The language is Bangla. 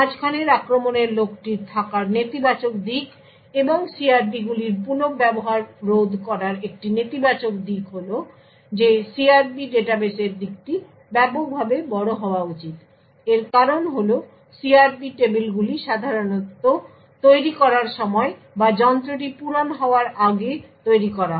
মাঝখানের আক্রমণের লোকটির থাকার নেতিবাচক দিক এবং CRPগুলির পুনঃব্যবহার রোধ করার একটি নেতিবাচক দিক হল যে CRP ডাটাবেসের দিকটি ব্যাপকভাবে বড় হওয়া উচিত এর কারণ হল CRP টেবিলগুলি সাধারণত তৈরি করার সময় বা যন্ত্রটি পূরণ হওয়ার আগেতৈরি করা হয়